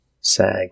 SAG